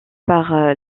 par